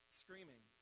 screaming